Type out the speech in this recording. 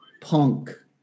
punk